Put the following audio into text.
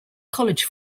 college